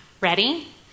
Ready